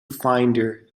finder